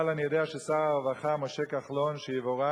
אני יודע ששר הרווחה משה כחלון, שיבורך,